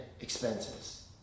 expenses